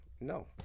no